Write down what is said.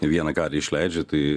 vieną karį išleidžia tai